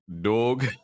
Dog